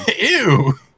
Ew